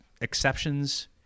exceptions